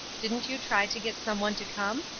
didn't you try to get some one to come?